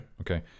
Okay